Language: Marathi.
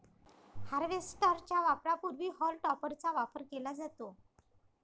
हार्वेस्टर च्या वापरापूर्वी हॉल टॉपरचा वापर केला जातो